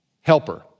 Helper